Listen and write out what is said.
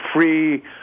free